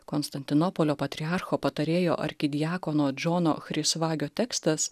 konstantinopolio patriarcho patarėjo arkidiakono džono chrisvagio tekstas